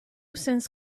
sense